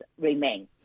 remain